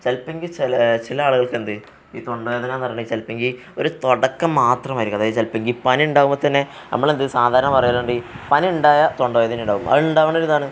ചിലപ്പോഴെങ്കിൽ ചില ചില ആളുകൾക്കെന്ത് ഈ തൊണ്ടവേദനയെന്ന് പറയണത് ചിലപ്പോഴെങ്കിൽ ഒരു തുടക്കം മാത്രമായിരിക്കും അതായത് ചിലപ്പോഴെങ്കിൽ പനി ഉണ്ടാവുമ്പോൾത്തന്നെ നമ്മളെന്ത് സാധാരണ പറയലുണ്ട് ഈ പനി ഉണ്ടായാൽ തൊണ്ടവേദന ഉണ്ടാവും അത് ഉണ്ടാവേണ്ട ഇരിതാണ്